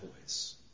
voice